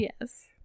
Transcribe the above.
Yes